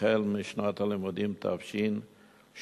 החל בשנת הלימודים תשע"ג.